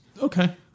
Okay